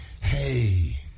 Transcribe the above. Hey